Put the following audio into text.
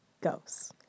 goes